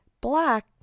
Black